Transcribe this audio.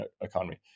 economy